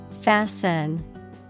Fasten